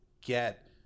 get